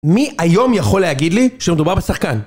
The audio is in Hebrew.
מי היום יכול להגיד לי שמדובר בשחקן?